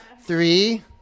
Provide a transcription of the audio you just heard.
Three